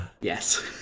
Yes